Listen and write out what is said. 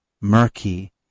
murky